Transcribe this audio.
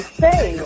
say